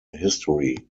history